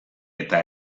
eta